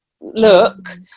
look